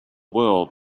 world